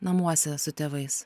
namuose su tėvais